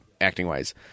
acting-wise